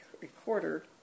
recorder